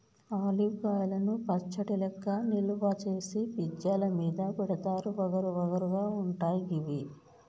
olive కాయలను పచ్చడి లెక్క నిల్వ చేసి పిజ్జా ల మీద పెడుతారు వగరు వగరు గా ఉంటయి గివి